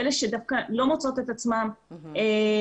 אלה שלא מוצאות את עצמן מתאימות,